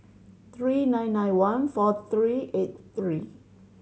three nine nine one four three eight three